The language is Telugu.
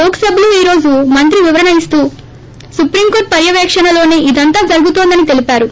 లోక్సభలో ఈ రోజు మంత్రి వివరణ ఇస్తూ సుప్రీంకోర్లు పర్వపేక్షణలోనే ఇదంతా జరుగుతోందని తెలిపారు